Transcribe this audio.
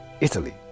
Italy